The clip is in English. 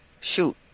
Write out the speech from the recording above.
Shoot